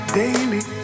daily